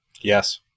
Yes